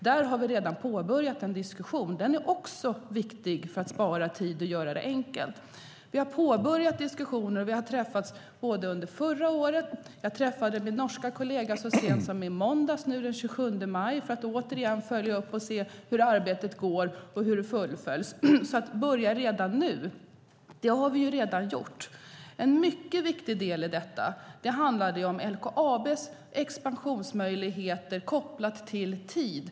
Där har vi redan påbörjat en diskussion, och den är också viktig för att spara tid och göra det enkelt. Vi har påbörjat diskussioner, och vi träffades redan under förra året. Jag träffade min norska kollega så sent som i måndags, den 27 maj, för att återigen följa upp och se hur arbetet går. Börja redan nu, säger Leif Pettersson, men det har vi redan gjort. En mycket viktig del i detta är LKAB:s expansionsmöjligheter kopplat till tid.